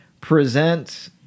present